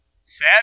Set